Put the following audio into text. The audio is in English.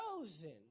chosen